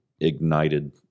ignited